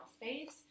space